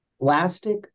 Plastic